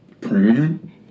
Premium